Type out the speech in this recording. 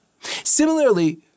Similarly